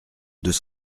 deux